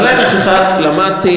אז לקח אחד למדתי,